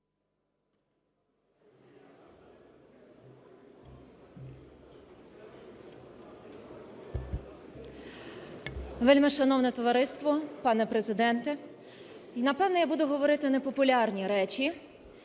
Вельмишановне товариство, пане Президенте, і, напевно, буду говорити непопулярні речі,